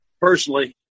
personally